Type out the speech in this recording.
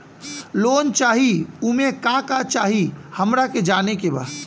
Loan चाही उमे का का चाही हमरा के जाने के बा?